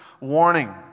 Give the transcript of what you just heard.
warning